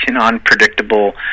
unpredictable